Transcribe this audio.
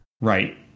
right